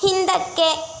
ಹಿಂದಕ್ಕೆ